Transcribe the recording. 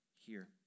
here